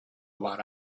about